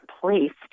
placed